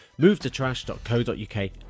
movetotrash.co.uk